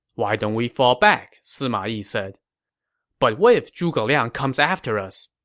why don't we fall back? sima yi said but what if zhuge liang comes after us?